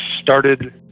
started